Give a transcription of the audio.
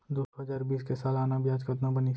दू हजार बीस के सालाना ब्याज कतना बनिस?